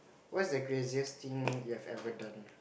what's the craziest thing you have ever done